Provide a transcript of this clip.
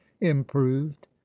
improved